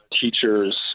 teachers